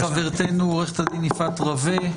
חברתנו, עורכת הדין יפעת רווה,